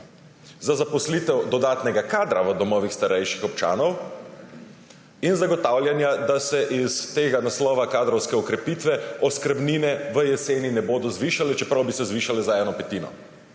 za zaposlitev dodatnega kadra v domovih starejših občanov in zagotavljanja, da se iz tega naslova kadrovske okrepitve oskrbnine v jeseni ne bodo zvišale, čeprav bi se zvišale za eno petino.